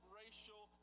racial